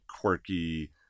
quirky